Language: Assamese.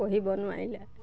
পঢ়িব নোৱাৰিলে